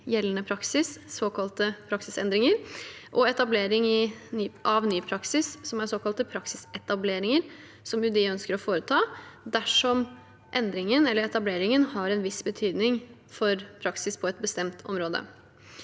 gjeldende praksis, såkalte praksisendringer, og etablering av ny praksis, som er såkalte praksisetableringer, som UDI ønsker å foreta, dersom endringen eller etableringen har en viss betydning for praksis på et bestemt område.